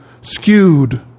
skewed